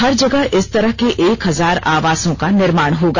हर जगह इस तरह के एक हजार आवासों का निर्माण होगा